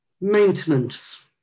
Maintenance